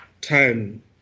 time